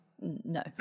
no